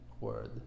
word